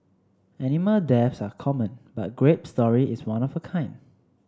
animal deaths are common but Grape's story is one of a kind